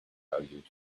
argued